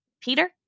Peter